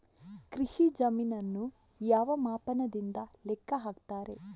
ಕೃಷಿ ಜಮೀನನ್ನು ಯಾವ ಮಾಪನದಿಂದ ಲೆಕ್ಕ ಹಾಕ್ತರೆ?